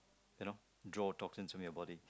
you know draw toxins from your body